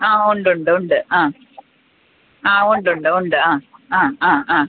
ആ ഉണ്ടുണ്ട് ഉണ്ട് ആ ആ ഉണ്ടുണ്ട് ഉണ്ട് ആ ആ ആ ആ